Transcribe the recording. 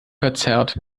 verzerrt